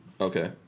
Okay